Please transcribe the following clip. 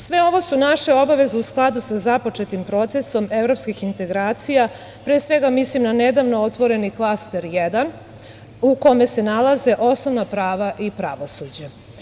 Sve ovo su naše obaveze u skladu sa započetim procesom evropskih integracija, pre svega mislim na nedavno otvoreni Klaster 1 u kome se nalaze osnovna prava i pravosuđe.